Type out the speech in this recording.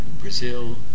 Brazil